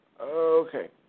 Okay